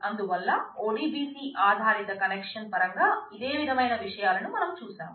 అందువల్ల ODBC ఆధారిత connection పరంగా ఇదే విధమైన విషయాలను మనం చూశాం